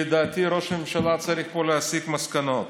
לדעתי ראש הממשלה צריך להסיק פה מסקנות.